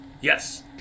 Yes